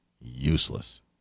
useless